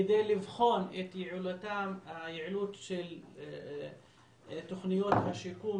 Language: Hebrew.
כדי לבחון את היעילות של תוכניות השיקום